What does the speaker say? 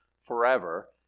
forever